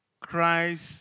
Christ